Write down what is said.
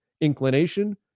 inclination